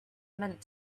meant